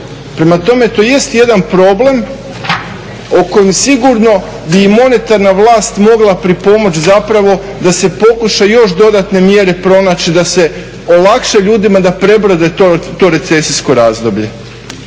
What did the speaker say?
Prema tome, to jest jedan problem o kojem sigurno bi i monetarna vlast mogla pripomoći zapravo da se pokuša još dodatne mjere pronaći da se olakša ljudima da prebrode to recesijsko razdoblje.